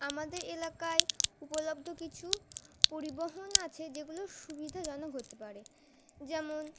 আমাদের এলাকায় উপলব্ধ কিছু পরিবহন আছে যেগুলো সুবিধাজনক হতে পারে যেমন